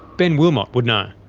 ben wilmot would know.